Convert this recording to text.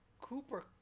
Cooper